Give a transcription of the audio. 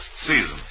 season